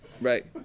Right